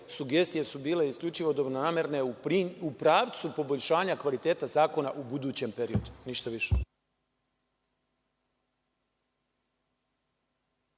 sugestije su bile isključivo dobronamerne u pravcu poboljšanja kvaliteta zakona u budućem periodu, ništa više.